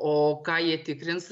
o ką jie tikrins